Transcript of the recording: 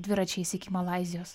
dviračiais iki malaizijos